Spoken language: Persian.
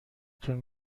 تون